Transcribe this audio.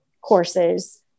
courses